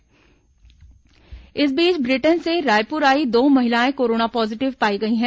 corona समाचार इस बीच ब्रिटेन से रायपुर आई दो महिलाएं कोरोना पॉजिटिव पाई गई हैं